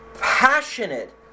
passionate